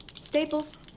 Staples